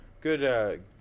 Good